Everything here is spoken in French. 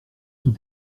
sous